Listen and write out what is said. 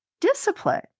discipline